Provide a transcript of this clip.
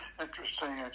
Interesting